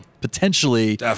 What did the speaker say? potentially